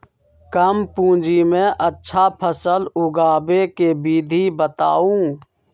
कम पूंजी में अच्छा फसल उगाबे के विधि बताउ?